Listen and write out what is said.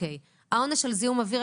כמה מוגדר בחוק העונש על זיהום אוויר?